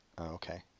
Okay